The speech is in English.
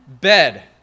bed